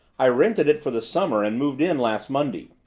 i rented it for the summer and moved in last monday.